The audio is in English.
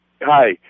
Hi